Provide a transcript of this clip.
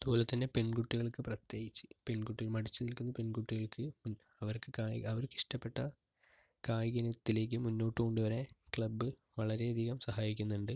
അതുപോലെത്തന്നെ പെൺകുട്ടികൾക്ക് പ്രത്യേകിച്ച് പെൺകുട്ടി മടിച്ച് നിൽക്കുന്ന പെൺകുട്ടികൾക്ക് അവർക്ക് കായിക അവർക്ക് ഇഷ്ടപ്പെട്ട കായിക ഇനത്തിലേക്ക് മുന്നോട്ട് കൊണ്ടുവരാൻ ക്ലബ് വളരെ അധികം സഹായിക്കുന്നുണ്ട്